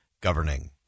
governing